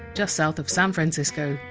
just south of san francisco,